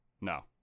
No